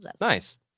Nice